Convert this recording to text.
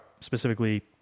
specifically